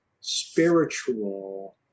spiritual